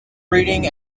reading